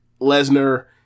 Lesnar